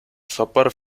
sopor